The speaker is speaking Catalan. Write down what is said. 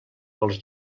pels